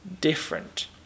different